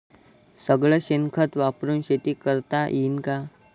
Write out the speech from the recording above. सगळं शेन खत वापरुन शेती करता येईन का?